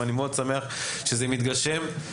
ואני מאוד שמח שזה מתגשם.